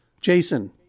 Jason